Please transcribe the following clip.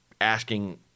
asking –